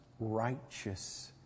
righteous